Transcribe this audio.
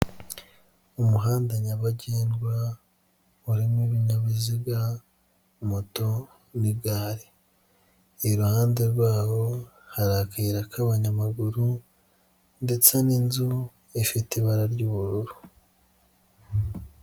Umuhanda nyabagendwa urimo ibinyabiziga moto n'igare, iruhande rwabo hari akayira k'abanyamaguru ndetse n'inzu ifite ibara ry'ubururu.